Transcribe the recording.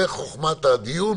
זו חוכמת הדיון